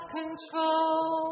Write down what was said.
control